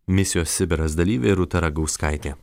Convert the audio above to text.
misijos sibiras dalyvė rūta ragauskaitė